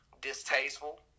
distasteful